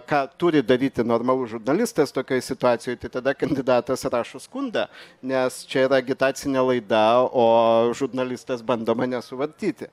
ką turi daryti normalus žurnalistas tokioj situacijoj tai tada kandidatas rašo skundą nes čia yra agitacinė laida o žurnalistas bando mane suvartyti